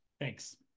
Thanks